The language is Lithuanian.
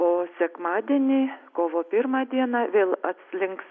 o sekmadienį kovo pirmą dieną vėl atslinks